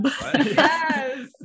Yes